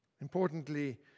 Importantly